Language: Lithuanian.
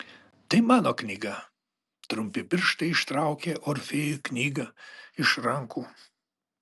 tai mano knyga trumpi pirštai ištraukė orfėjui knygą iš rankų